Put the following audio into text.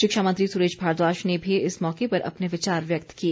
शिक्षा मंत्री सुरेश भारद्वाज ने भी इस मौके अपने विचार व्यक्त किए